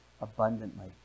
abundantly